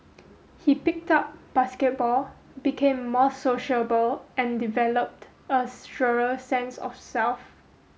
he picked up basketball became more sociable and developed a surer sense of self